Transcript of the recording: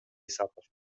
исаков